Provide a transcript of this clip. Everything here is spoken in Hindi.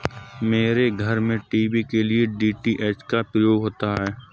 मेरे घर में टीवी के लिए डी.टी.एच का प्रयोग होता है